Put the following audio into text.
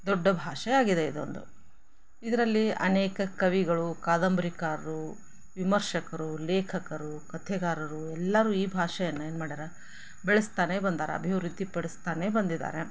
ದೊಡ್ಡ ಭಾಷೆ ಆಗಿದೆ ಇದೊಂದು ಇದರಲ್ಲಿ ಅನೇಕ ಕವಿಗಳು ಕಾದಂಬ್ರಿಕಾರರು ವಿಮರ್ಷಕರು ಲೇಖಕರು ಕಥೆಗಾರರು ಎಲ್ಲರೂ ಈ ಭಾಷೆಯನ್ನು ಏನು ಮಾಡ್ಯಾರ ಬೆಳಸ್ತಾನೆ ಬಂದಾರ ಅಭಿವೃದ್ಧಿ ಪಡಿಸ್ತಾನೆ ಬಂದಿದ್ದಾರೆ